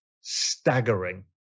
staggering